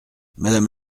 madame